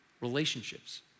relationships